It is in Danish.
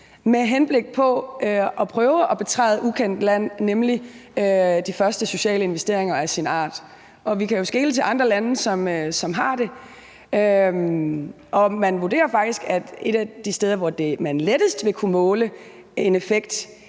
med henblik på at prøve at betræde ukendt land, nemlig de første sociale investeringer af deres art. Vi kan jo skele til andre lande, som har det. Man vurderer faktisk, at et af de steder, hvor man lettest ville kunne måle en effekt,